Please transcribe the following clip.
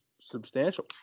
substantial